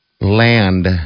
land